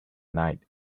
night